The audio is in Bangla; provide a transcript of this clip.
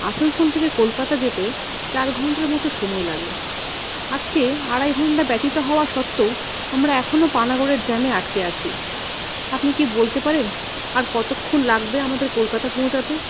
আসানসোল থেকে কলকাতা যেতে চার ঘন্টার মতো সময় লাগে আজকে আড়াই ঘন্টা ব্যতীত হওয়া সত্ত্বেও আমরা এখনো পানাগড়ের জ্যামে আটকে আছি আপনি কী বলতে পারেন আর কতক্ষণ লাগবে আমাদের কলকাতা পৌঁছাতে